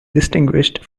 distinguished